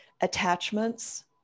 attachments